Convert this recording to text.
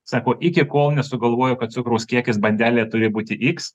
sako iki kol nesugalvojo kad cukraus kiekis bandelėje turi būti iks